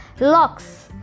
locks